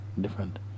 different